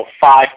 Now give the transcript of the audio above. five